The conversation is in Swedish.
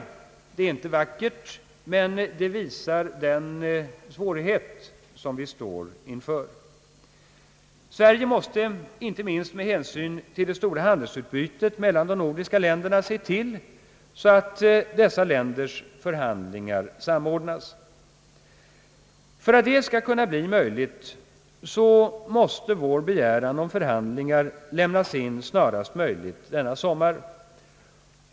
Uttrycket är inte vackert, men det visar den svårighet som vi står inför. Sverige måste inte minst med hänsyn till det stora handelsutbytet mellan de nordiska länderna se till så att dessa länders förhandlingar samordnas. För att detta skall bli möjligt måste vår begäran om förhandlingar lämnas in snarast möjligt denna sommar.